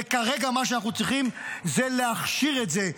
וכרגע מה שאנחנו צריכים זה להכשיר את זה,